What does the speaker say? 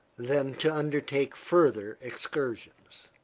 than to undertake further excursions.